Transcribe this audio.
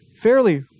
fairly